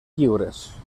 lliures